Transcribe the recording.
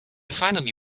finally